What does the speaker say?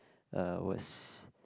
um was